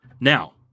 Now